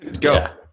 Go